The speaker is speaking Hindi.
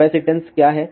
कैपेसिटेंस क्या है